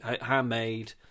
handmade